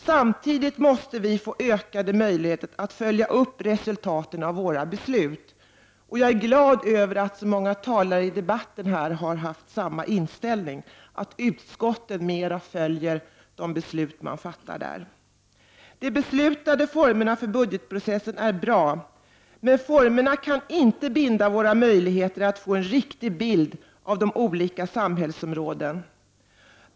Samtidigt måste vi få ökade möjligheter att följa upp resultaten av våra beslut. Jag är glad över att många talare i debatten här har haft samma inställning, dvs. att utskotten följer upp de beslut som fattas där. De beslutade formerna för budgetprocessen är bra. Men formerna kan inte binda våra möjligheter att få en riktig bild av olika samhällsområden.